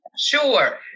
Sure